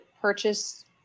purchase